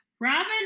Robin